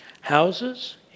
houses